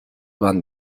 van